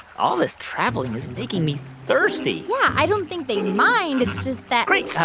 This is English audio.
all this traveling is making me thirsty yeah, i don't think they mind. it's just that. great.